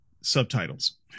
subtitles